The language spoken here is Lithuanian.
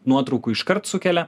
nuotraukų iškart sukelia